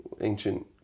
ancient